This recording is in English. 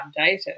updated